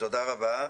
תודה רבה.